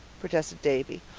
protested davy.